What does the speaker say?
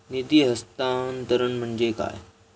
निधी हस्तांतरण म्हणजे काय?